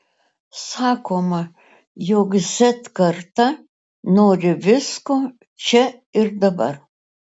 sakoma jog z karta nori visko čia ir dabar